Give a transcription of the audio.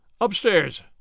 Upstairs